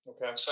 Okay